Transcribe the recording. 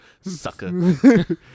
Sucker